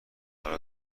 رقمها